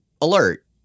alert